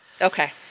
okay